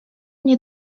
mnie